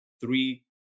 three